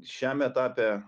šiam etape